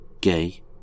gay